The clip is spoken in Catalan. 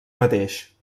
mateix